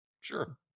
Sure